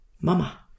mama